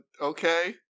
okay